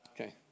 Okay